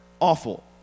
Awful